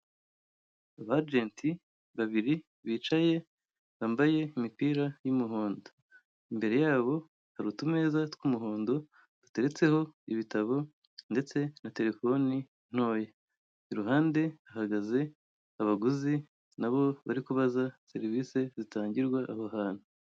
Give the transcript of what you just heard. Aba agenti babiri bicaye bambaye imipira y'umuhondo. Imbere yabo hari utumeza tw'umuhondo duteretseho ibitabo ndetse na telefone ntoya. Iruhande hagaze abaguzi nabo bari kubaza serivisi zitangirwa aho hantu.